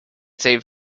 said